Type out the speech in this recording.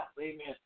Amen